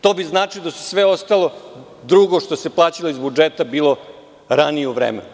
To bi značilo da sve ostalo što se plaćalo iz budžeta bilo u ranijem vremenu.